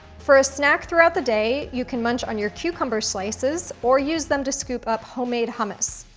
for a snack throughout the day, you can munch on your cucumber slices or use them to scoop up homemade hummus.